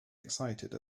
excited